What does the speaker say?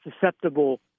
susceptible